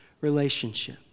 relationship